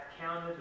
counted